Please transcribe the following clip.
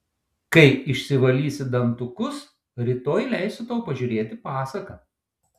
kai išsivalysi dantukus rytoj leisiu tau pažiūrėti pasaką